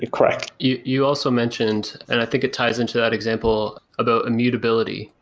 correct you you also mentioned, and i think it ties in to that example about immutability.